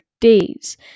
days